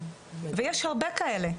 ויש הרבה כאלה.